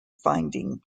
finding